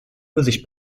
übersicht